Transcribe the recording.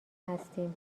هستیم